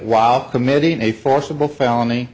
while committing a forcible felony